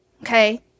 Okay